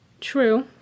True